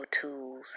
tools